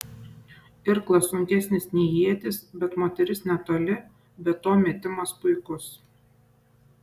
irklas sunkesnis nei ietis bet moteris netoli be to metimas puikus